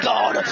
God